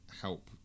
help